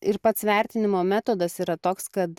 ir pats vertinimo metodas yra toks kad